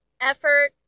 effort